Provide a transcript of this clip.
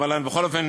אבל בכל אופן,